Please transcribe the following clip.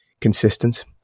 consistent